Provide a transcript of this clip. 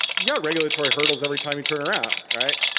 got regulatory hurdles every time you turn around, right?